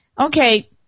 Okay